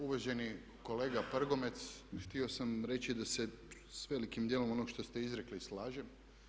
Uvaženi kolega Prgomet htio sam reći da se s velikim dijelom onog što ste izrekli slažem.